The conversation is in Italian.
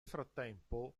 frattempo